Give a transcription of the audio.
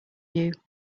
view